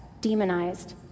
demonized